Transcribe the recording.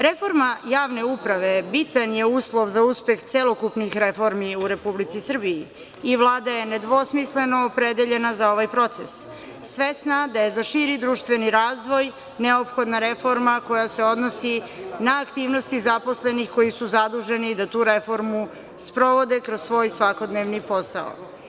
Reforma javne uprave, bitan je uslov za uspeh celokupnih reformi u Republici Srbiji i Vlada je nedvosmisleno opredeljena za ovaj proces, svesna da je za širi društveni razvoj neophodna reforma koja se odnosi na aktivnosti zaposlenih koji su zaduženi da tu reformu sprovode kroz svoj svakodnevni posao.